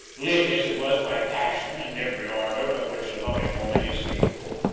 lit as it was by passion and every ardour of which a loving woman is capable.